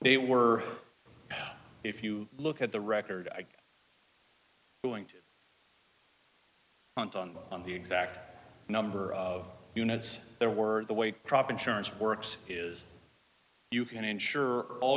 they were if you look at the record i going to punt on them on the exact number of units there were the way prop insurance works is you can insure all